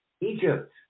Egypt